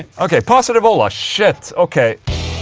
ok, positive ola, shit, ok.